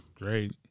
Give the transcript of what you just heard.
Great